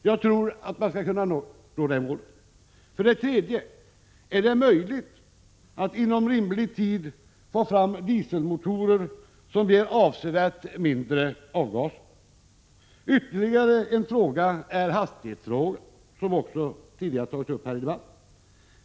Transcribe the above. Jag tror att man skall kunna nå det målet. 3. Är det möjligt att inom rimlig tid få fram dieselmotorer som ger avsevärt mindre avgaser? Ytterligare en fråga är hastigheten, som också har tagits upp tidigare här i debatten.